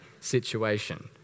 situation